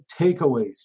takeaways